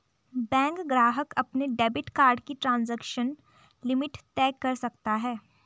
bank ग्राहक अपने debit card की ट्रांज़ैक्शन लिमिट तय कर सकता है